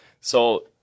So-